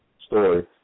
story